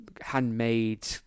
handmade